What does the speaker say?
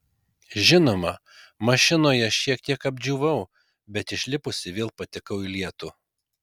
žinoma mašinoje šiek tiek apdžiūvau bet išlipusi vėl patekau į lietų